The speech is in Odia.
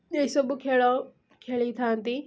ଏହିସବୁ ଖେଳ ଖେଳିଥାନ୍ତି